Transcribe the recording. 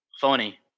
Phony